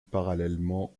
parallèlement